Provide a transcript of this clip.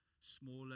smaller